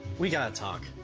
we got to talk.